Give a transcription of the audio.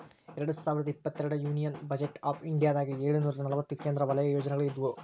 ಎರಡ್ ಸಾವಿರದ ಇಪ್ಪತ್ತೆರಡರ ಯೂನಿಯನ್ ಬಜೆಟ್ ಆಫ್ ಇಂಡಿಯಾದಾಗ ಏಳುನೂರ ನಲವತ್ತ ಕೇಂದ್ರ ವಲಯ ಯೋಜನೆಗಳ ಇದ್ವು